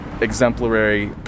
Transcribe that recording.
exemplary